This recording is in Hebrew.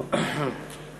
של חבר הכנסת אחמד טיבי.